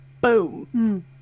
Boom